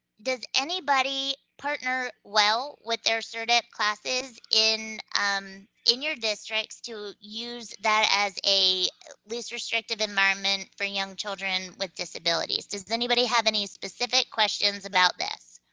does anybody partner well with their so cerdep classes in um in your districts to use that as a least restrictive environment for young children with disabilities? does does anybody have any specific questions about this?